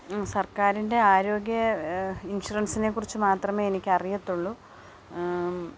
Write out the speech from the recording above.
സർക്കാരിൻ്റെ ആരോഗ്യ ഇൻഷുറൻസിനെ കുറിച്ച് മാത്രമേ എനിക്ക് അറിയുള്ളൂ